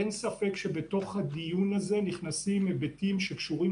אין ספק שבתוך הדיון הזה נכנסים היבטים שקשורים